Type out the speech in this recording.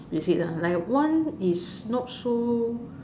is it ah like one is not so